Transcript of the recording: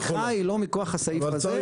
אבל הלקיחה היא לא מכוח הסעיף הזה,